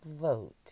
vote